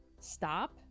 stop